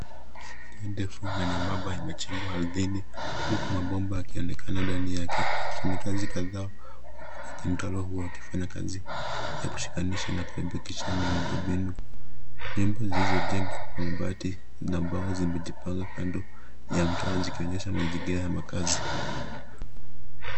Njia defu na nyembamba imechimbwa ardhini huku mabomba yakionekana ndani yake. Wafanyikazi kadhaa wako kwenye mtaro huo wakifanya kazi ya kushikanisha na kurekebisha miundo mbinu. Nyumba zilizojengwa kwa mabati na mbao zimejipanga kando ya mtaro zikionyesha mazingira ya makazi.